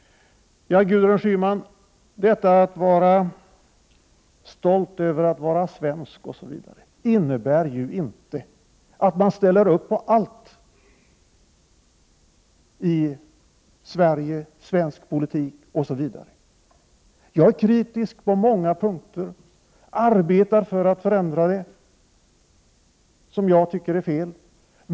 Gudrun Schyman! Detta att vara stolt över att man är svensk innebär inte att man ställer upp på allt i Sverige, svensk politik osv. Jag är kritisk på många punkter, och jag arbetar på att förändra det som jag tycker är fel.